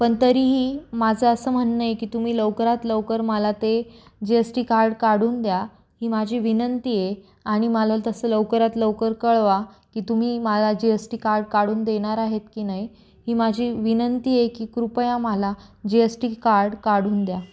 पण तरीही माझं असं म्हणणं आहे की तुम्ही लवकरात लवकर मला ते जी एस टी कार्ड काढून द्या ही माझी विनंती आहे आणि मला तसं लवकरात लवकर कळवा की तुम्ही माला जी एस टी कार्ड काढून देणार आहेत की नाही ही माझी विनंती आहे की कृपया मला जी एस टी कार्ड काढून द्या